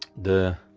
the